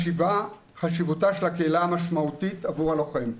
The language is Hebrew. ובחשיבותה של הקהילה המשמעותית עבור הלוחם.